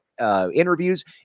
interviews